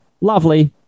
Lovely